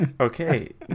okay